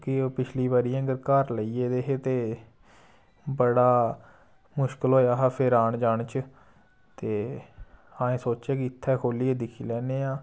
केह् पिच्छली बारी आङर घर लेई गेदे हे ते बड़ा मुश्कल होएआ हा फिर औन जान च ते असें सोच्चेआ कि इत्थै खोल्लियै दिक्खी लैन्ने आं